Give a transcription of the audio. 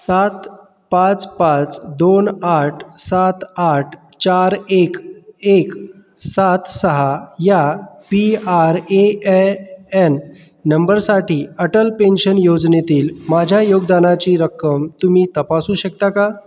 सात पाच पाच दोन आठ सात आठ चार एक एक सात सहा या P R A A N नंबरसाठी अटल पेंशन योजनेतील माझ्या योगदानाची रक्कम तुम्ही तपासू शकता का